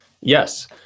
Yes